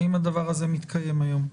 האם הדבר הזה מתקיים היום?